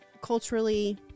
culturally